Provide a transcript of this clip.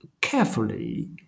carefully